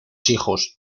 hijos